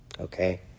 okay